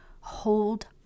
hold